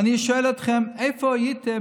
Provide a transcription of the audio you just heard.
ואני שואל אתכם: איפה הייתם,